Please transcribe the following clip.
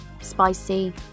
spicy